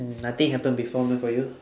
nothing happened before meh for you